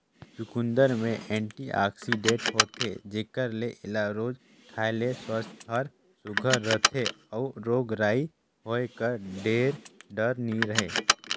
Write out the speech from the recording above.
चुकंदर में एंटीआक्सीडेंट होथे जेकर ले एला रोज खाए ले सुवास्थ हर सुग्घर रहथे अउ रोग राई होए कर ढेर डर नी रहें